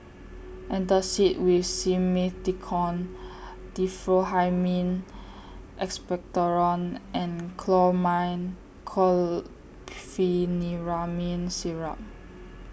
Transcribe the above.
Antacid with Simethicone Diphenhydramine Expectorant and Chlormine Chlorpheniramine Syrup